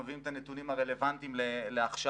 מביאים את הנתונים הרלוונטיים לעכשיו.